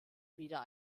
wieder